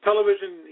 Television